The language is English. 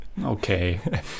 Okay